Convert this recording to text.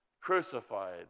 crucified